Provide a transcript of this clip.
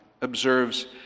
observes